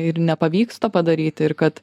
ir nepavyksta padaryti ir kad